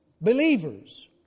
Believers